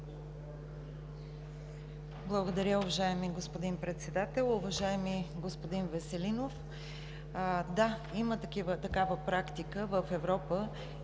Благодаря, уважаеми господин Председател. Уважаеми господин Веселинов, да – има такава практика в Европа